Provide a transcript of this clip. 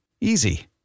Easy